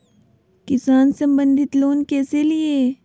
किसान संबंधित लोन कैसै लिये?